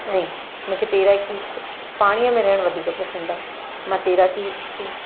ऐं मूंखे तैराकी पाणीअ में रहणु वधीक पसंदि आहे मां तैराकी सु